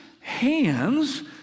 hands